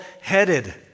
headed